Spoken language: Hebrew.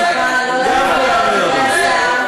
מה אתה מתעקש לברוח מהנושא?